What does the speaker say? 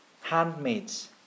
handmaids